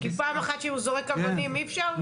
כי פעם אחת שהוא זורק אבנים אי-אפשר?